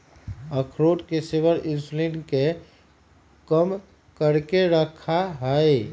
अखरोट के सेवन इंसुलिन के कम करके रखा हई